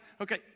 okay